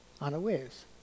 unawares